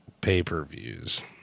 pay-per-views